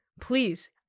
Please